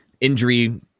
injury